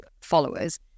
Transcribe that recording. followers